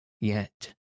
Yet